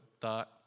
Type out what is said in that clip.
thought